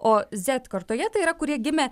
o z kartoje tai yra kurie gimė